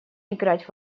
играть